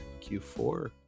Q4